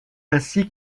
ainsi